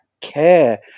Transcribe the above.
care